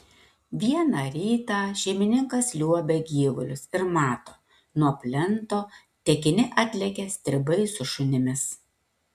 vieną rytą šeimininkas liuobia gyvulius ir mato nuo plento tekini atlekia stribai su šunimis